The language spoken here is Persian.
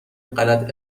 غلط